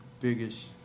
biggest